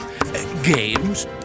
games